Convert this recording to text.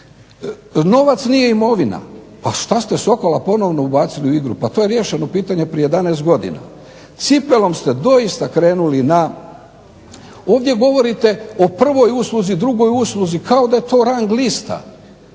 Novac nije imovina, pa šta ste sokola ponovno ubacili u igru. Pa to je riješeno pitanje prije 11 godina. Cipelom ste doista krenuli na. Ovdje govorite o prvoj usluzi, drugoj usluzi, kao da je to rang lista.